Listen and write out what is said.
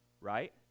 right